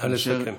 נא לסכם.